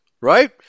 right